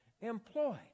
employed